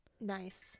Nice